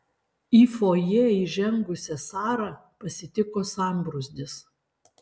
į fojė įžengusią sarą pasitiko sambrūzdis